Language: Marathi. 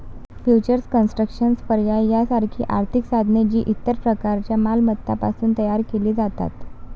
फ्युचर्स कॉन्ट्रॅक्ट्स, पर्याय यासारखी आर्थिक साधने, जी इतर प्रकारच्या मालमत्तांपासून तयार केली जातात